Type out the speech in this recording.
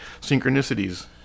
synchronicities